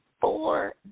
four